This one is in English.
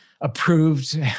approved